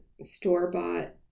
store-bought